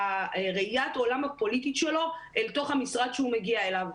ראיית העולם הפוליטית שלו אל תוך המשרד שהוא מגיע אליו.